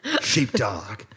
Sheepdog